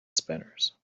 spinners